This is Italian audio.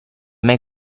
mai